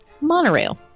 Monorail